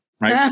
right